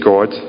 God